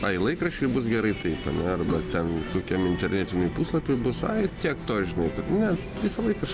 ai laikraščiui bus gerai taip arba ten kokiam internetiniam puslapiui bus ai tiek to žinai ne visą laiką